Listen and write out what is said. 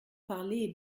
parler